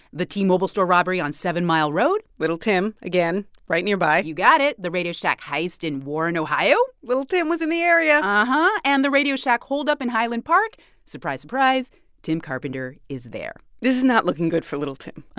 the t-mobile store robbery on seven mile road. little tim, again, right nearby you got it. the radio shack heist in warren, ohio. little tim was in the area uh-huh. and the radio shack hold up in highland park surprise surprise tim carpenter is there this is not looking good for little tim